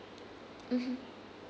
mmhmm